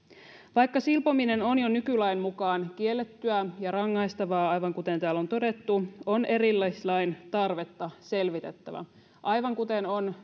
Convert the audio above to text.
vaikka silpominen on jo nykylain mukaan kiellettyä ja rangaistavaa aivan kuten täällä on todettu on erillislain tarvetta selvitettävä aivan kuten on